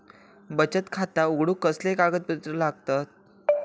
बचत खाता उघडूक कसले कागदपत्र लागतत?